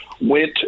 went